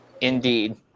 indeed